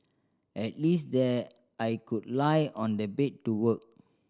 at least there I could lie on the bed to work